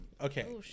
Okay